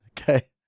Okay